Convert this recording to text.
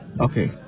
Okay